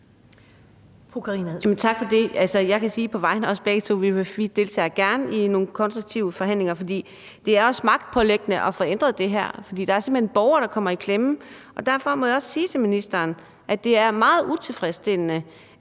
Tak for det. Jeg kan sige på vegne af os begge, at vi gerne deltager i nogle konstruktive forhandlinger, for det er os magtpåliggende at få ændret det her, for der er simpelt hen borgere, der kommer i klemme. Derfor må jeg også sige til ministeren, at det er meget utilfredsstillende,